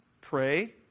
Pray